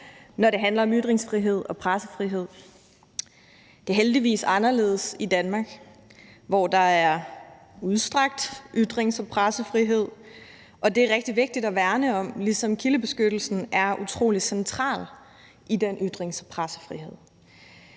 når det handler om ytringsfrihed og pressefrihed. Det er heldigvis anderledes i Danmark, hvor der er udstrakt ytrings- og pressefrihed, og det er rigtig vigtigt at værne om, ligesom kildebeskyttelsen er utrolig central i den ytrings- og pressefrihed.